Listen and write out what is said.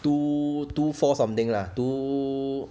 two two four something lah two